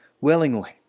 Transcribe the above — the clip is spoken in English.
willingly